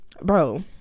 bro